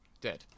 dead